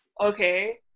Okay